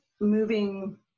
moving